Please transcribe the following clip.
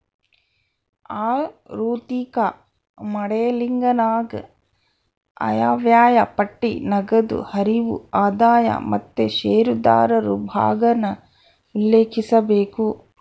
ಆಋಥಿಕ ಮಾಡೆಲಿಂಗನಾಗ ಆಯವ್ಯಯ ಪಟ್ಟಿ, ನಗದು ಹರಿವು, ಆದಾಯ ಮತ್ತೆ ಷೇರುದಾರರು ಭಾಗಾನ ಉಲ್ಲೇಖಿಸಬೇಕು